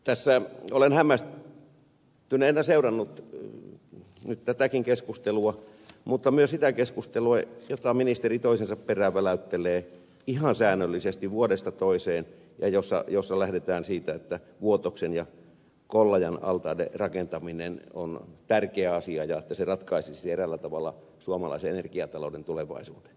tässä olen hämmästyneenä seurannut tätäkin keskustelua mutta myös sitä keskustelua jota ministeri toisensa perään väläyttelee ihan säännöllisesti vuodesta toiseen ja jossa lähdetään siitä että vuotoksen ja kollajan altaiden rakentaminen on tärkeä asia ja että se ratkaisisi eräällä tavalla suomalaisen energiatalouden tulevaisuuden